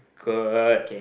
good